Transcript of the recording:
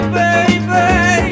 baby